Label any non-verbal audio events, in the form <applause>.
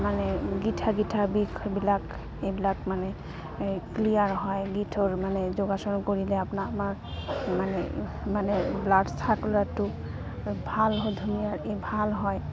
মানে <unintelligible> বিষ এইবিলাক এইবিলাক মানে ক্লিয়াৰ হয় <unintelligible> মানে যোগচন কৰিলে আপোনাৰ আমাৰ মানে মানে ব্লাড চাৰ্কুলাৰটো ভাল হয় ধুনীয়া এই ভাল হয়